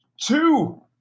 two